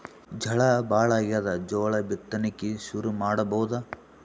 ಝಳಾ ಭಾಳಾಗ್ಯಾದ, ಜೋಳ ಬಿತ್ತಣಿಕಿ ಶುರು ಮಾಡಬೋದ?